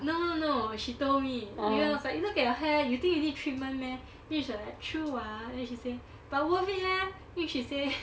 no no no she told me yi ren was like you look at your hair you think you need treatment meh then she was like true ah then she said but worth it eh then she say